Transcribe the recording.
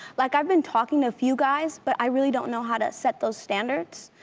like i've been talking to a few guys, but i really don't know how to set those standards.